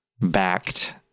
backed